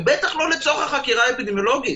ובטח לא לצורך החקירה האפידמיולוגית.